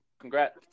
Congrats